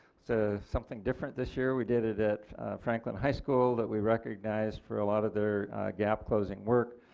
so something different this year, we did it at franklin high school that we recognize for a lot of their gap closing work.